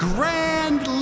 Grand